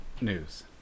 news